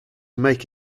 make